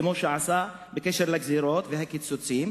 כמו שעשה בקשר לגזירות והקיצוצים